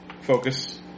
Focus